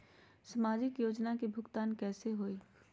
समाजिक योजना के भुगतान कैसे होई?